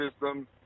system